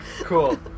Cool